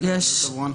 בסדר.